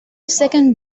second